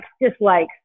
dislikes